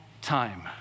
time